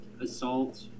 assault